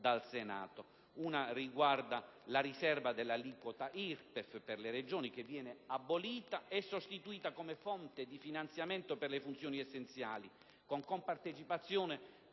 al Senato. Una di queste riguarda la riserva d'aliquota IRPEF per le Regioni, che viene abolita e sostituita come fonte di finanziamento per le funzioni essenziali con compartecipazioni